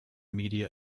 media